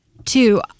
Two